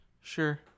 sure